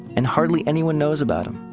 and hardly anyone knows about them.